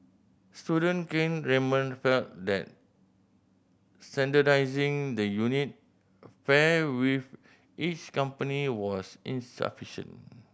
student Kane Raymond felt that standardising the unit fare with each company was insufficient